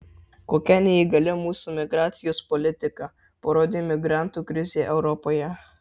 kokia neįgali mūsų migracijos politika parodė migrantų krizė europoje